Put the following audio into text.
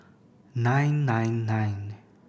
nine nine nine